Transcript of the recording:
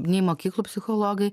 nei mokyklų psichologai